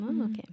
Okay